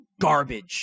garbage